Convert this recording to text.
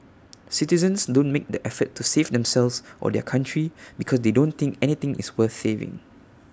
citizens don't make the effort to save themselves or their country because they don't think anything is worth saving